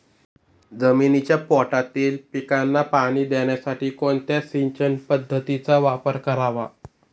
जमिनीच्या पोटातील पिकांना पाणी देण्यासाठी कोणत्या सिंचन पद्धतीचा वापर करावा?